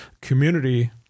community